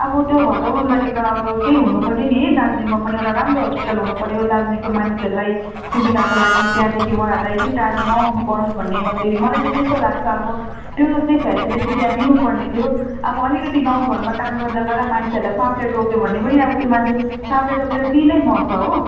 अब त्यो हटाउन लागि त अब त्यही हुनुपर्यो नि है दार्जिलिङमा पनि एउटा राम्रो हस्पिटल हुनुपर्यो दार्जिलिङका मानिसहरूलाई सुविधाको लागि त्यहाँदेखि उहाँहरूलाई यति टाढो नआउनु परोस् भन्ने म चाहिँ मलाईचाहिँ त्यस्तो लाग्छ अब त्यो चाहिँ फेसिलिटी त्यहाँ दिनुपर्ने थियो अब अलिकति गाउँ घरमा काम गर्दा गर्दा मान्छेहरूलाई साँपले टोक्यो भने पनि अब त्यो मान्छे साँपले टोकेर त्यहीँ नै मर्छ हो